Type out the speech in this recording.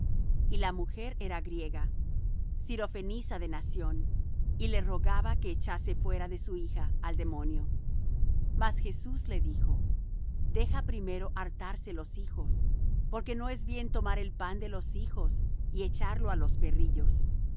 y la mujer era griega sirofenisa de nación y le rogaba que echase fuera de su hija al demonio más jesús le dijo deja primero hartarse los hijos porque no es bien tomar el pan de los hijos y echarlo á los perrillos